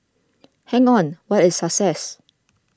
hang on what is success